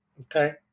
okay